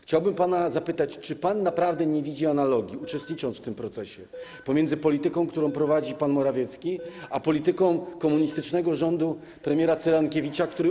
Chciałbym pana zapytać: Czy pan naprawdę nie widzi analogii, uczestnicząc w tym procesie, pomiędzy polityką, którą prowadzi pan Morawiecki, a polityką komunistycznego rządu premiera Cyrankiewicza, który.